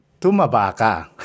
Tumabaka